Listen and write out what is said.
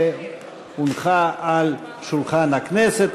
והונחה על שולחן הכנסת.